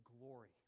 glory